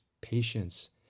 patience